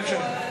מטעמו.